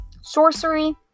Sorcery